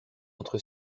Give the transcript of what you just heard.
entre